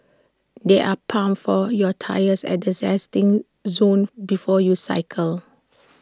there are pumps for your tyres at the resting zone before you cycle